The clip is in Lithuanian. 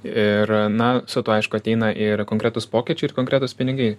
ir na su tuo aišku ateina ir konkretūs pokyčiai ir konkretūs pinigai